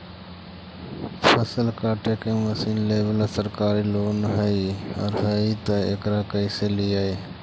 फसल काटे के मशीन लेबेला सरकारी लोन हई और हई त एकरा कैसे लियै?